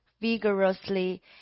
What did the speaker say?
vigorously